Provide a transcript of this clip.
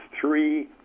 three